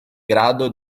grado